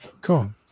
Cool